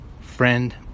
friend